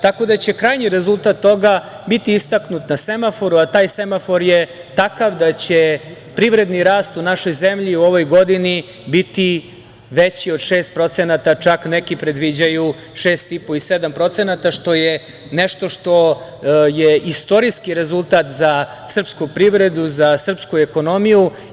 Tako da će krajnji rezultat toga biti istaknut na semaforu, a taj semafor je takav da će privredni rast u našoj zemlji u ovoj godini biti veći od 6%, čak neki predviđaju 6,5% i 7%, što je nešto što je istorijski rezultat za srpsku privredu, za srpsku ekonomiju.